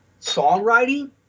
songwriting